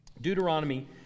Deuteronomy